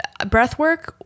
Breathwork